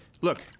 look